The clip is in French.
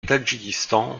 tadjikistan